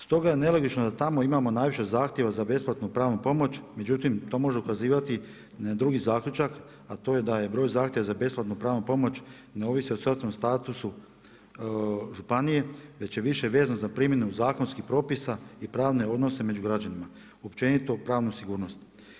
Stoga je nelogično da tamo imamo najviše zahtjeva za besplatnu pravnu pomoć, međutim to može ukazivati na drugi zaključak a to je da je broj zahtjeva za besplatnu pravnu pomoć ne ovisi o socijalnom statusu županije već je više vezan za primjenu zakonskih propisa i pravne odnose među građanima, općenito u pravnu sigurnost.